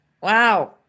Wow